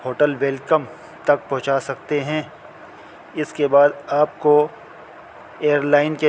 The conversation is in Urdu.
ہوٹل ویلکم تک پہنچا سکتے ہیں اس کے بعد آپ کو ایئر لائن کے